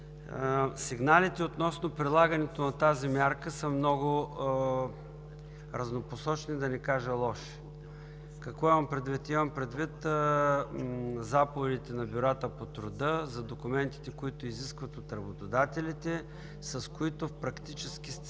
сигналите относно прилагането на тази мярка са много разнопосочни, да не кажа, лоши. Какво имам предвид? Имам предвид заповедите на бюрата по труда за документите, които изискват от работодателите, с които практически